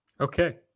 Okay